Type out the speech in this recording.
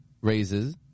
raises